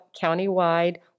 county-wide